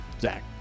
Zach